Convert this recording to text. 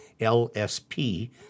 LSP